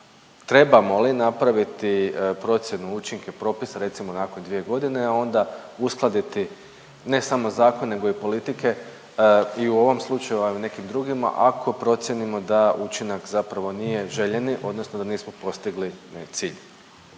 trebamo li napraviti procjenu učinke propisa recimo nakon 2.g., a onda uskladiti ne samo zakon nego i politike i u ovom slučaju, a i u nekim drugima ako procijenimo da učinak zapravo nije željeni odnosno da nismo postigli cilj?